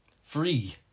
Free